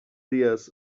dies